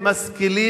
לקחה ממנה את המושכות,